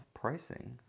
pricing